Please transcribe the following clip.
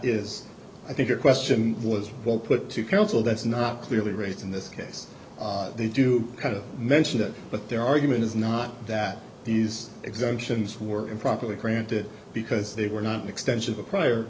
is i think your question was well put to counsel that's not clearly raised in this case they do kind of mention it but their argument is not that these exemptions were improperly granted because they were not an extension of a prior